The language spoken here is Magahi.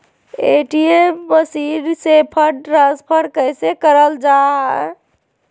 ए.टी.एम मसीन से फंड ट्रांसफर कैसे करल जा है?